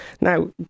Now